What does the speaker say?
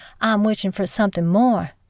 I'm-wishing-for-something-more